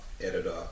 editor